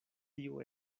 tiu